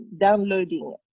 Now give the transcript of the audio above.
downloading